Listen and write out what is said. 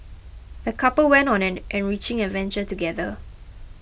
the couple went on an enriching adventure together